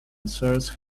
source